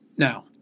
Now